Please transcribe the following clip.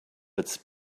its